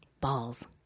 Balls